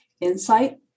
insight